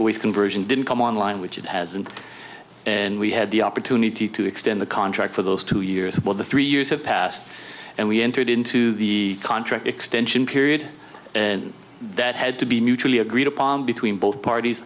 the conversion didn't come online which it hasn't and we had the opportunity to extend the contract for those two years while the three years have passed and we entered into the contract extension period and that had to be mutually agreed upon between both parties